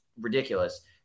ridiculous